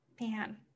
Man